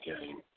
game